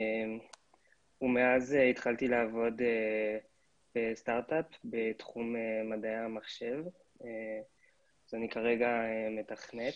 מאז התחלתי לעבוד בסטרט-אפ בתחום מדעי המחשב ואני כרגע מתכנת.